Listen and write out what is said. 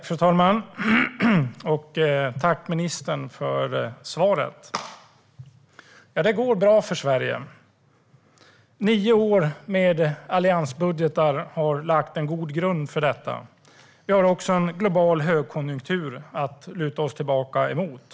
Fru talman! Tack, ministern, för svaret! Ja, det går bra för Sverige. Nio år med alliansbudgetar har lagt en god grund för detta. Vi har också en global högkonjunktur att luta oss tillbaka mot.